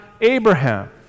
Abraham